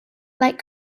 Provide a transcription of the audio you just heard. like